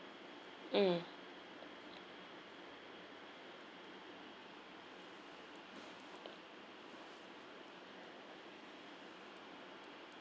mm